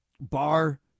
bar